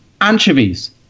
anchovies